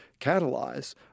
catalyze